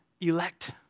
elect